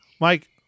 mike